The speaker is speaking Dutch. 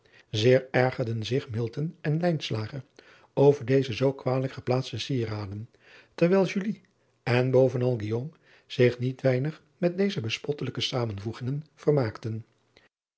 eer ergerden zich en over deze zoo kwalijk geplaatste sieraden terwijl en bovenal zich niet weinig met deze bespottelijke zamenvoegingen vermaakten